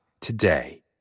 today